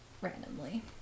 randomly